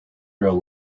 grow